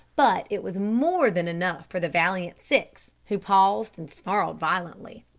but it was more than enough for the valiant six, who paused and snarled violently.